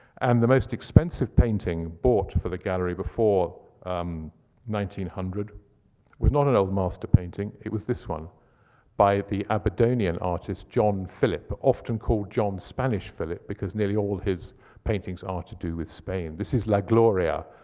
and the most expensive painting bought for the gallery before um nine hundred was not an old master painting. it was this one by the aberdonian artist john phillip, often called john spanish phillip, because nearly all his paintings are to do with spain. this is la gloria,